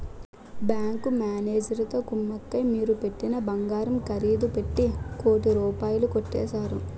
bank మేనేజరుతో కుమ్మక్కై మీరు పెట్టిన బంగారం ఖరీదు పెట్టి కోటి రూపాయలు కొట్టేశారు